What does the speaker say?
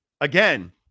again